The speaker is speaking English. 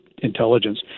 intelligence